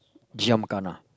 giam gana